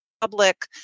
public